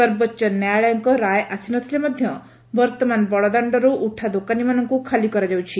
ସର୍ବୋଚ ନ୍ୟାୟାଳୟଙ୍କ ରାୟ ଆସି ନ ଥିଲେ ମଧ୍ଧ ବର୍ଉମାନ ବଡଦାଣ୍ଡରୁ ଉଠାଦୋକାନୀମାନଙ୍କୁ ଖାଲି କରାଯାଉଛି